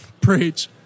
Preach